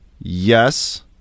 Yes